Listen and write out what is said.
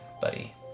buddy